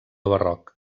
barroc